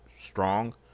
strong